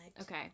Okay